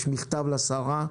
יש מכתב לשרה.